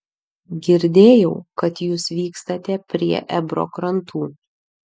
girdėjau kad jūs vykstate prie ebro krantų